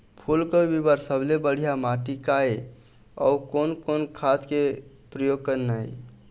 फूलगोभी बर सबले बढ़िया माटी का ये? अउ कोन कोन खाद के प्रयोग करना ये?